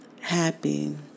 happy